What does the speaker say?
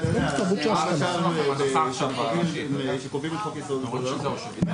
תן הבהרת נוסח שמסבירה שהכוונה היא בזמן,